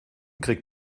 krieg